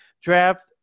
draft